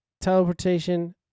teleportation